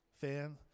fan